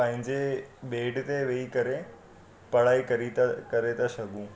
पंहिंजे बेड ते वेही करे पढ़ाई करी था करे था सघूं